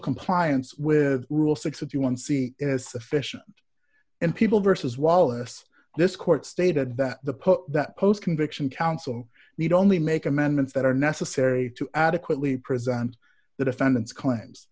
compliance with rule sixty one c is sufficient in people versus wallace this court stated that the post that post conviction counsel need only make amendments that are necessary to adequately present the defendant's claims